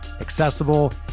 accessible